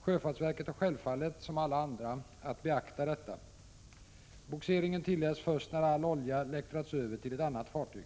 Sjöfartsverket har självfallet, som alla andra, att beakta detta. Bogseringen tilläts först när all olja läktrats över till ett annat fartyg.